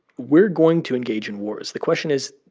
we're going to engage in wars. the question is,